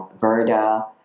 Verda